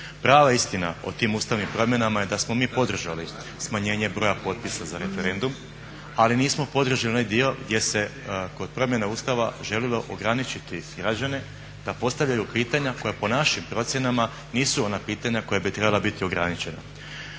Prava istina o tim ustavnim promjenama je da smo mi podržali smanjenje broja potpisa za referendum, ali nismo podržali onaj dio gdje se kod promjene Ustava željelo ograničiti građane da postavljaju pitanja koja po našim procjenama nisu ona pitanja koja bi trebala ograničena.